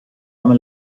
name